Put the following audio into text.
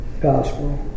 gospel